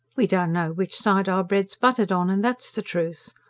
we don't know which side our bread's buttered on, and that's the truth.